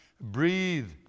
breathe